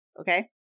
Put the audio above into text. okay